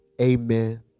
Amen